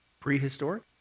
prehistoric